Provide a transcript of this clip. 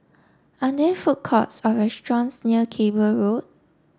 are there food courts or restaurants near Cable Road